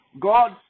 God